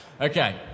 Okay